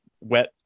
Wet